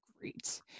Great